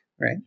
right